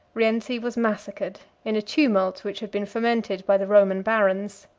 rienzi was massacred in a tumult which had been fomented by the roman barons.